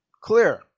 clear